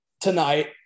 tonight